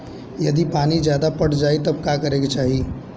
यदि पानी ज्यादा पट जायी तब का करे के चाही?